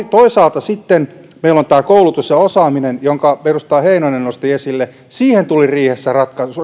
toisaalta sitten meillä on koulutus ja osaaminen jotka edustaja heinonen nosti esille siihen tuli riihessä